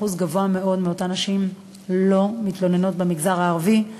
אחוז גבוה מאוד מאותן נשים במגזר הערבי לא מתלוננות,